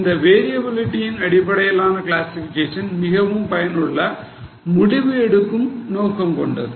இந்த variability ன் அடிப்படையிலான கிளாசிஃபிகேஷன் மிகவும் பயனுள்ள முடிவு எடுக்கும் நோக்கம் கொண்டது